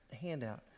handout